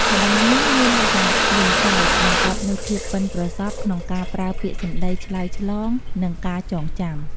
ល្បែងនេះមានលក្ខណៈលេងសើច បង្កប់នូវភាពប៉ិនប្រសប់ក្នុងការប្រើពាក្យសំដីឆ្លើយឆ្លង និងការចងចាំ។